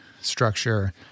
structure